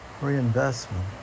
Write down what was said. reinvestment